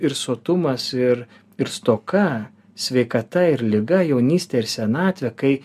ir sotumas ir ir stoka sveikata ir liga jaunystė ir senatvė kai